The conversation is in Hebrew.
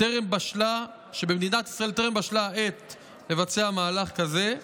טרם בשלה העת לבצע מהלך כזה,